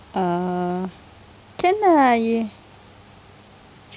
oh can ah you